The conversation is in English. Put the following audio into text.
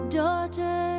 daughter